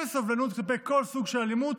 אפס סובלנות כלפי כל סוג של אלימות,